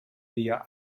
dia